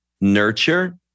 nurture